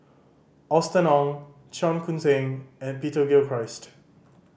Austen Ong Cheong Koon Seng and Peter Gilchrist